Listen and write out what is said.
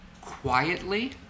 quietly